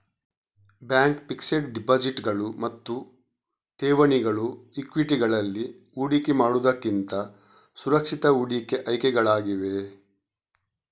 bank fixed ಡೆಪಾಸಿಟುಗಳು ಮತ್ತು ಠೇವಣಿಗಳು ಈಕ್ವಿಟಿಗಳಲ್ಲಿ ಹೂಡಿಕೆ ಮಾಡುವುದಕ್ಕಿಂತ ಸುರಕ್ಷಿತ ಹೂಡಿಕೆ ಆಯ್ಕೆಗಳಾಗಿವೆ